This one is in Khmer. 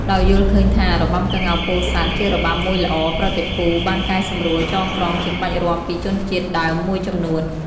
ដោយយល់ឃើញថា របាំក្ងោកពោធិ៍សាត់ជារបាំមួយល្អ ប្រតិភូបានកែសម្រួលចងក្រងជាក្បាច់រាំពីជនជាតិដើមមួយចំនួន។